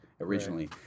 originally